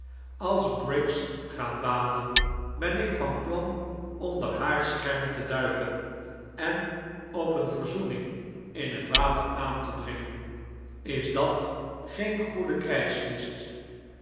als briggs gaat baden ben ik van plan onder haar scherm te duiken en op een verzoening in het water aan te dringen is dat geen goede